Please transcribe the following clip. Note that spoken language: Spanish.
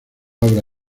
obra